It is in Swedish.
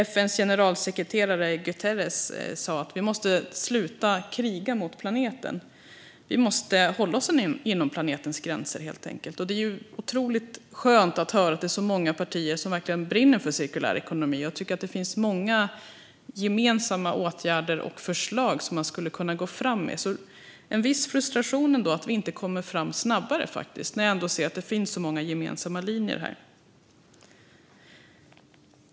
FN:s generalsekreterare Guterres sa att vi måste sluta kriga mot planeten. Vi måste helt enkelt hålla oss inom planetens gränser. Det är otroligt skönt att höra att det är så många partier som verkligen brinner för cirkulär ekonomi. Det finns många gemensamma åtgärder och förslag som man skulle kunna gå fram med. Jag känner ändå en viss frustration att vi inte kommer fram snabbare när jag ser att det finns så många gemensamma linjer här.